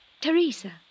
Teresa